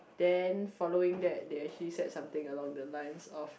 then following that they actually said something along the lines of